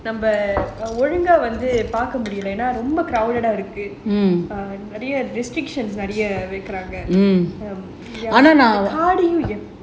நம்ம ஒழுங்கா வந்து பாக்கா முடில என்ன ரொம்ப:namma olunga vanthu paakka mudila enna romba crowded இருக்கு நிறையா:iruku niraiyaa restrictions நிறையா வைக்குறாங்க:niraiyaa vaikuraanga